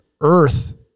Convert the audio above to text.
earth